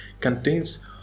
contains